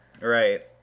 Right